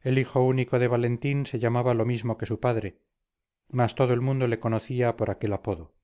el hijo único de valentín se llamaba lo mismo que su padre mas todo el mundo le conocía por aquel apodo